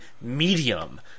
medium